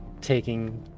taking